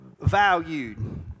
valued